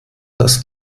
das